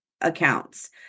accounts